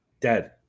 Dead